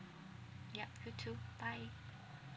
yeah you too bye